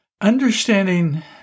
Understanding